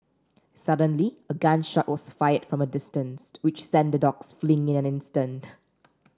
suddenly a gun shot was fired from a distance which sent the dogs fleeing in an instant